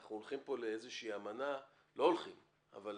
אנחנו הולכים פה לאיזו שהיא אמנה לא הולכים אבל